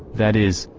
that is,